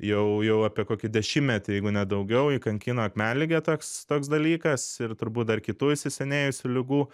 jau jau apie kokį dešimtmetį jeigu ne daugiau jį kankino akmenligė toks toks dalykas ir turbūt dar kitų įsisenėjusių ligų